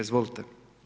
Izvolite.